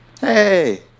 Hey